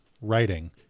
writing